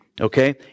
Okay